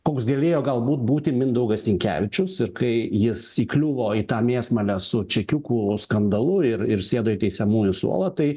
koks galėjo galbūt būti mindaugas sinkevičius kai jis įkliuvo į tą mėsmalę su čekiukų skandalu ir ir sėdo į teisiamųjų suolą tai